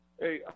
Hey